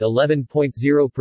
11.0%